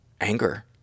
anger